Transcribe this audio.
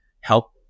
help